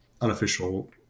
unofficial